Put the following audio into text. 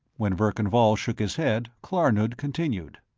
when verkan vall shook his head, klarnood continued